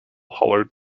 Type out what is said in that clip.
hollered